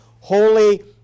holy